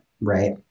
right